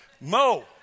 Mo